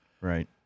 right